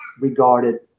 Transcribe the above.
regarded